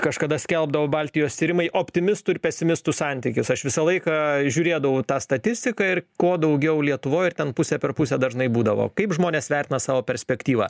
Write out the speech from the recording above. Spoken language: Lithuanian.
kažkada skelbdavo baltijos tyrimai optimistų ir pesimistų santykis aš visą laiką žiūrėdavau tą statistiką ir ko daugiau lietuvoj ir ten pusę per pusę dažnai būdavo kaip žmonės vertina savo perspektyvą